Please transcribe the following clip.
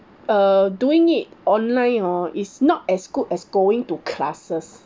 uh doing it online hor is not as good as going to classes